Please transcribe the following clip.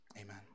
Amen